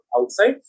outside